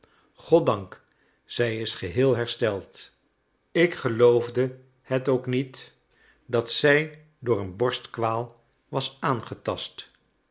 goddank zij is geheel hersteld ik geloofde het ook niet dat zij door een borstkwaal was aangetast